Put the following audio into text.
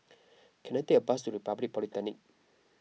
can I take a bus to Republic Polytechnic